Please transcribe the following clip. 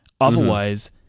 Otherwise